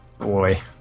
boy